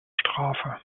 strafe